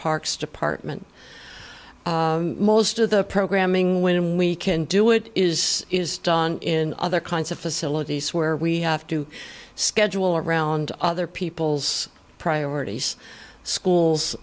parks department most of the programming when we can do it is is done in other kinds of facilities where we have to schedule around other people's priorities schools